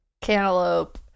cantaloupe